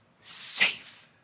safe